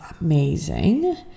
amazing